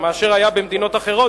מאשר היה במדינות אחרות,